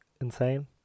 insane